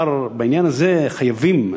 בעניין הזה חייבים,